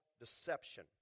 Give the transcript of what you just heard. deception